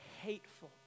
hateful